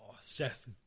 Seth